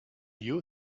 you